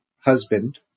husband